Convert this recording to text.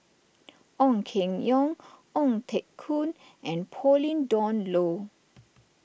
Ong Keng Yong Ong Teng Koon and Pauline Dawn Loh